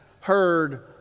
heard